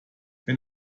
wenn